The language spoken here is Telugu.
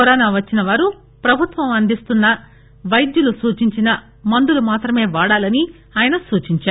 కరోనా వచ్చిన వారు ప్రభుత్వం అందిస్తున్న వైద్యులు సూచించిన మందులు మాత్రమే వాడాలని ఆయన సూచించారు